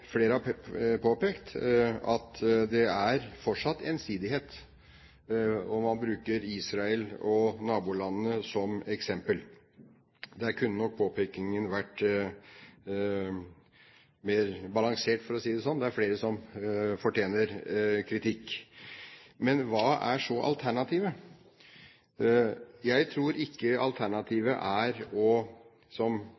flere har påpekt, at det fortsatt er ensidighet, og man bruker Israel og nabolandene som eksempel. Der kunne nok påpekingen vært mer balansert, for å si det slik. Det er flere som fortjener kritikk. Men hva er så alternativet? Jeg tror ikke